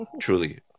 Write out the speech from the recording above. truly